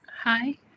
Hi